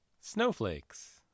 Snowflakes